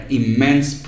immense